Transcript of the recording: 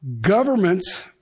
Governments